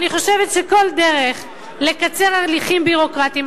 אני חושבת שכל דרך לקצר הליכים ביורוקרטיים,